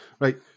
Right